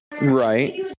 Right